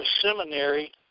seminary